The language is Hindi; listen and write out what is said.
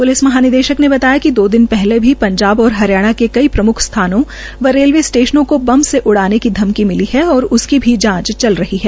प्लिस महानिदेशक ने बताया कि दो दिन पहले भी पंजाब और हरियाणा के कई प्रम्ख स्थानों व रेलवे स्टेशनों को बम से उड़ाने की धमकी मिली है और उसकी भी जांच चल रही है